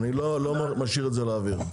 אני לא משאיר את זה לאוויר.